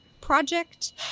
Project